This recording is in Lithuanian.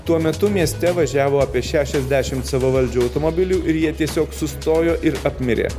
tuo metu mieste važiavo apie šešiasdešimt savavaldžių automobilių ir jie tiesiog sustojo ir apmirė